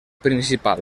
principal